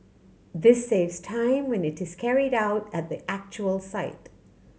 this saves time when it is carried out at the actual site